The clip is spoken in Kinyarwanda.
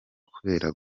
kubera